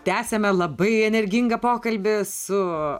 tęsiame labai energingą pokalbį su